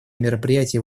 мероприятие